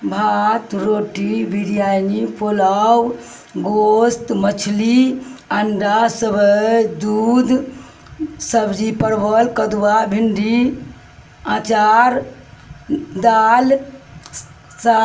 بھات روٹی بریانی پلاؤ گوشت مچھلی انڈا صبئی دودھ سبزی پرول کدوا بھنڈی آچار دال